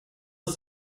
ist